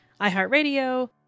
iHeartRadio